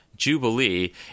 jubilee